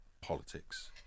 politics